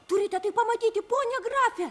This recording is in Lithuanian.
turite tai pamatyti pone grafe